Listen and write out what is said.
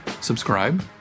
subscribe